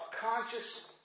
conscious